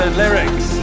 lyrics